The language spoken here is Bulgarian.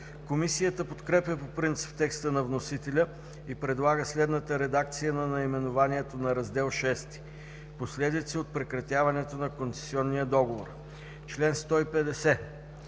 Комисията подкрепя по принцип текста на вносителя и предлага следната редакция на наименованието на Раздел VІ: „Последици от прекратяването на концесионния договор“.